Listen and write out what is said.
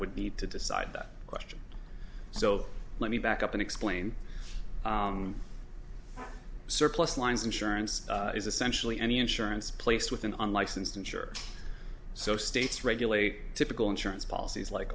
would need to decide that question so let me back up and explain surplus lines insurance is essentially any insurance placed with an unlicensed insured so states regulate typical insurance policies like